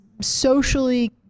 socially